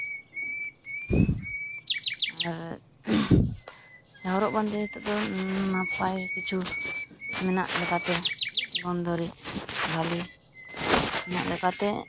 ᱟᱨ ᱦᱚᱨᱚᱜ ᱵᱟᱸᱫᱮ ᱛᱮᱫᱚ ᱱᱟᱯᱟᱭ ᱠᱤᱪᱷᱩ ᱢᱮᱱᱟᱜ ᱞᱮᱠᱟᱛᱮ ᱵᱚᱱᱫᱚ ᱨᱮᱭᱟᱜ ᱵᱷᱟ ᱞᱤ ᱢᱮᱱᱟᱜ ᱞᱮᱠᱟᱛᱮ